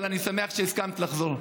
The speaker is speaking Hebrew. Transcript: אבל אני שמח שהסכמת לחזור.